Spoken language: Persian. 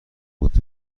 بود